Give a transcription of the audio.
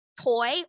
Toy